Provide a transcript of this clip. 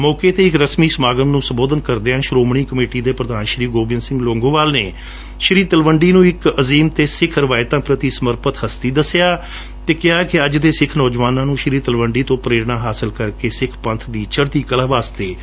ਮੌਕੇ ਤੇ ਇਹ ਰਸਮੀ ਸਮਾਗਮ ਨੂੰ ਸੰਬੋਧਨ ਕਰਦਿਆਂ ਸ੍ਰੋਮਣੀ ਕਮੇਟੀ ਦੇ ਪ੍ਰਧਾਨ ਗੋਬੰਦ ਸੰਘ ਲੌਂਗੋਵਾਲ ਨੇ ਸ੍ਰੀ ਤਲਵੰਡੀ ਨੂੰ ਇਕ ਅਜ਼ੀਮ ਅਤੇ ਸਿੱਖ ਰਿਵਾਇਤਾਂ ਪ੍ਰਤੀ ਸਮਰਪਿਤ ਹਸਤੀ ਦਸਿਆ ਅਤੇ ਕਿਹਾ ਕਿ ਅੱਜ ਦੇ ਸਿੱਖ ਨੌਜਵਾਨਾਂ ਨੂੰ ਸ੍ਰੀ ਤਲਵੰਡੀ ਤੋਂ ਪ੍ਰੇਰਣਾ ਹਾਸਲ ਕਰਕੇ ਸਿੱਖ ਪੰਬ ਦੀ ਚੜੁਦੀ ਕਲਾ ਲਈ ਅਹਿਮ ਕਿਰਦਾਰ ਨਿਭਾਉਣਾ ਚਾਹੀਦੈ